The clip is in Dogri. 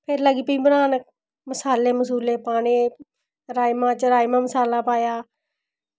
फिर लग्गी रुट्टी बनान मसाल्ले पाने राजमांह् च राजमांह् मसाला पाया